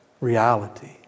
reality